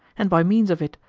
and by means of it,